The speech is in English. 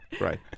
right